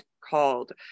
called